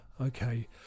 okay